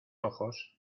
ojos